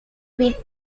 been